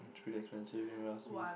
it's really expensive you never ask me